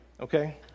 okay